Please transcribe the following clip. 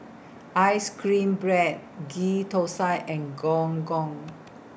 Ice Cream Bread Ghee Thosai and Gong Gong